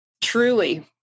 truly